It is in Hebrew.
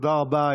תודה רבה.